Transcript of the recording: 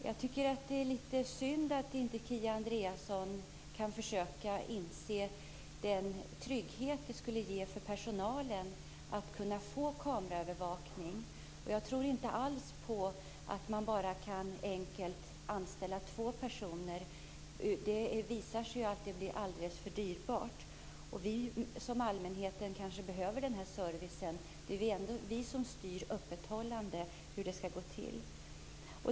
Jag tycker att det är litet synd att hon inte kan försöka inse den trygghet det skulle ge personalen att kunna få kameraövervakning. Jag tror inte alls att man bara enkelt kan anställa två personer. Det har visat sig bli alldeles för dyrbart. Vi i allmänheten kanske behöver denna service. Det är ju ändå vi som styr öppethållandet och hur det skall gå till.